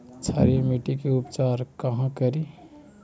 क्षारीय मिट्टी के उपचार कहा करी?